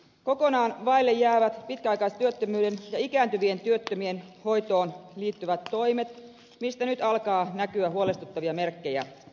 kokonaan vaille jäävät pitkäaikaistyöttömyyden ja ikääntyvien työttömien hoitoon liittyvät toimet mistä nyt alkaa näkyä huolestuttavia merkkejä